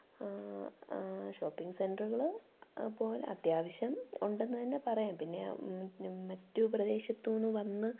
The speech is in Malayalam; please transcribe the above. ഷോപ്പിങ് സെൻ്ററുകള് അപ്പോൾ അത്യാവശ്യം ഉണ്ടെന്നു തന്നെ പറയാം പിന്നെ മറ്റു പ്രദേശത്തുനിന്നു വന്ന്